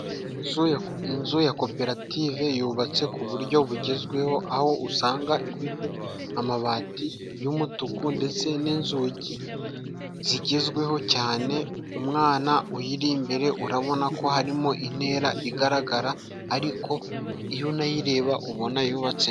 Inzu inzu ya koperative yubatse ku buryo bugezweho, aho usanga ifite amabati y'umutuku ndetse n'inzugi zigezweho cyane; umwana uyiri imbere, urabonako harimo intera igaragara ariko iyo unayireba ubona yubatse...